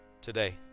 today